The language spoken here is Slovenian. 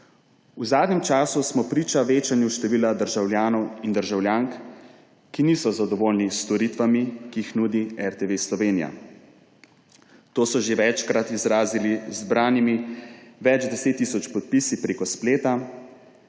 V zadnjem času smo priča večanju števila državljanov in državljank, ki niso zadovoljni s storitvami, ki jih nudi RTV Slovenija. To so že večkrat izrazili z zbranimi več 10 tisoč podpisi preko spleta,